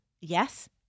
Yes